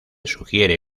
sugiere